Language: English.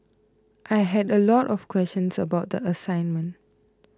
I had a lot of questions about the assignment